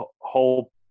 whole